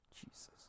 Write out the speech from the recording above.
Jesus